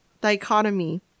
Dichotomy